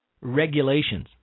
regulations